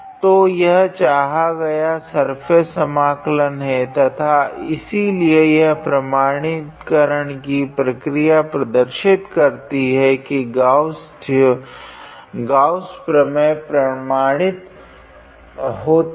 तो यह चाहा गया सर्फेस समाकलन है तथा इसलिए यह प्रमाणीकरण की प्रक्रिया प्रदर्शित करती है की गॉस डाइवार्जेंस प्रमेय प्रमाणित होती है